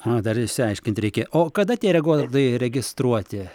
a dar išsiaiškint reikia o kada tie rekordai registruoti